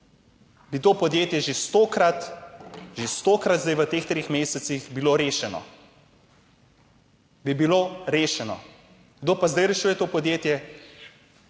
bi to podjetje že stokrat, že stokrat v teh treh mesecih bilo rešeno. Bi bilo rešeno. Kdo pa zdaj rešuje to podjetje?